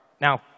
Now